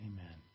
Amen